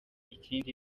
ikindi